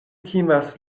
timas